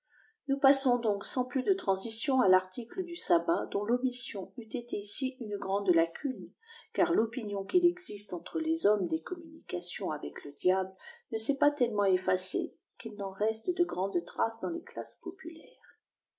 nous passons donc sans plus de transitions à l'article du sabat dont l'omission eut été ici une grande lacune car l'opinion qu'il existe entre les hommes des communications avec le diable ne s'est pas tellement effacée qu'il n'en reste de grandes traces dans les classes populaires